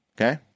Okay